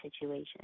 situation